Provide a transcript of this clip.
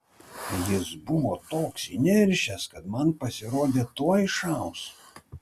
jis buvo toks įniršęs kad man pasirodė tuoj šaus